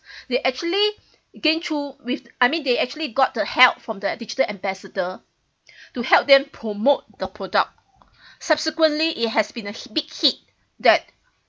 they actually gain through with I mean they actually got the help from the digital ambassador to help them promote the product subsequently it has been a big hit that